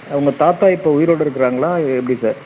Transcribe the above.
உங்கள் தாத்தா இப்போ உயிரோட இருக்கிறாங்களா இல்லை எப்படி சார்